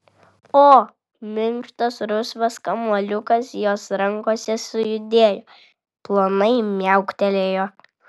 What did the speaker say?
o minkštas rusvas kamuoliukas jos rankose sujudėjo plonai miauktelėjo